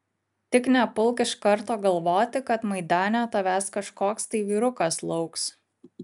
tik nepulk iš karto galvoti kad maidane tavęs kažkoks tai vyrukas lauks